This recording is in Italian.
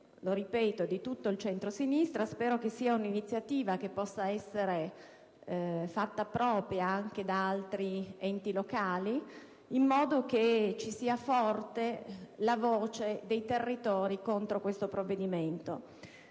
- ripeto - di tutto il centrosinistra. Spero che tale iniziativa possa essere fatta propria anche da altri enti locali, in modo che si levi forte la voce dei territori contro questo provvedimento.